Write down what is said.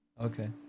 okay